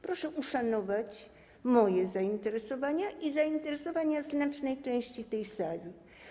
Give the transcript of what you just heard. Proszę uszanować moje zainteresowania i zainteresowania znacznej części tej sali.